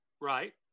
Right